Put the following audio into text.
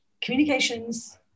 communications